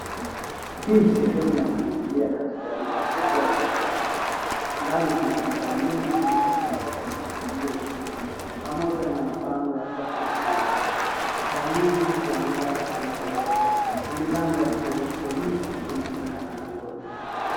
Hii ni sehemu ya kuingilia katika duka kubwa la kisasa. Ndani kuna bidhaa nyingi zilizopangwa kwa mpangilio mzuri pamoja na mabango ya offer na bei. Taa nyingi huangaza eneo lote na milango ya kielektroniki inaonekana langoni.